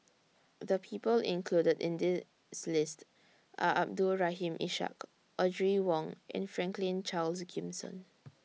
The People included in This list Are Abdul Rahim Ishak Audrey Wong and Franklin Charles Gimson